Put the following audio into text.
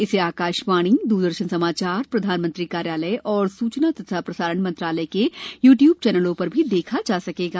इसे आकाशवाणी दूरदर्शन समाचार प्रधानमंत्री कार्यालय और सूचना और प्रसारण मंत्रालय के यू ट्यूब चैनलों पर भी देखा जा सकेगा